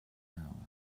now